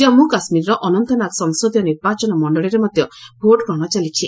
କାଶ୍ମୁ କାଶ୍ମୀରର ଅନନ୍ତନାଗ ସଂସଦୀୟ ନିର୍ବାଚନ ମଣ୍ଡଳୀରେ ମଧ୍ୟ ଭୋଟ୍ଗ୍ରହଣ ଚାଲିଛି